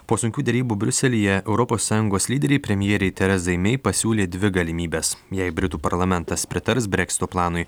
po sunkių derybų briuselyje europos sąjungos lyderiai premjerei terezai mei pasiūlė dvi galimybes jei britų parlamentas pritars breksito planui